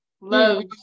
love